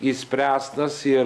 išspręstas ir